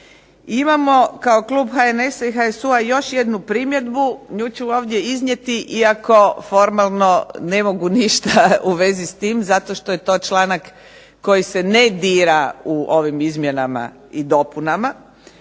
Imamo kao Klub HNS-a i HSU-a još jednu primjedbu. Nju ću ovdje iznijeti iako formalno ne mogu ništa u vezi s tim zato što je to članak koji se ne dira u ovim izmjenama i dopunama.